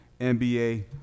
NBA